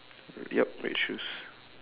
yup red shoes